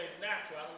natural